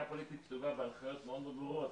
הפוליטית כתובה בהנחיות מאוד מאוד ברורות,